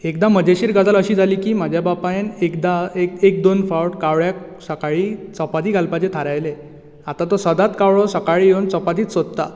एकदां मजेशिर गजाल अशी जाली की म्हाज्या बापायन एकदां एक एक दोन फावट कावळ्याक सकाळीं चपाती घालपाची थारायले आतां तो सदांच कावळो सकाळीं येवन चपातीच सोदता